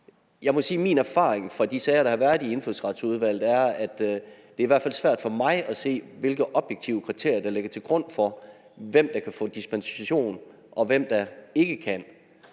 min erfaring fra de sager, der har været i Indfødsretsudvalget, i hvert fald er svært for mig at se, hvilke objektive kriterier der ligger til grund for, hvem der kan få dispensation, og hvem der ikke kan.